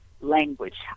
language